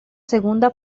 segunda